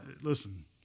listen